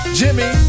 jimmy